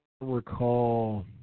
recall